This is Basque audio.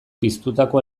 piztutako